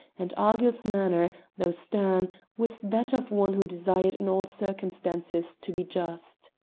and argyll's manner, though stern, was that of one who desired in all circumstances to be just.